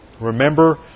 Remember